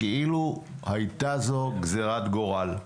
כאילו הייתה זו גזירת גורל.